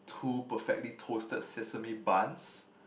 two perfectly toasted sesame buns